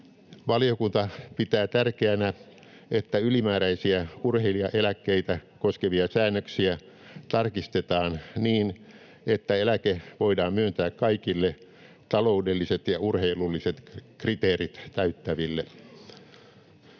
Valiokunta pitää tärkeänä, että ylimääräisiä urheilijaeläkkeitä koskevia säännöksiä tarkistetaan niin, että eläke voidaan myöntää kaikille taloudelliset ja urheilulliset kriteerit täyttäville.